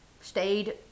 stayed